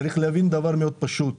צריך להבין דבר מאוד פשוט,